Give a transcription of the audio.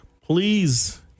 Please